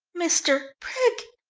mr brig!